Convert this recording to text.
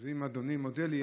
אז אם אדוני מודה לי,